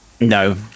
No